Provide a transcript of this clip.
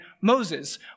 Moses